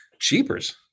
cheapers